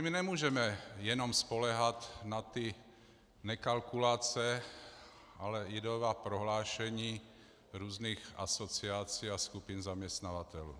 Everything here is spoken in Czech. My nemůžeme jenom spoléhat na nekalkulace, ale ideová prohlášení různých asociací a skupin zaměstnavatelů.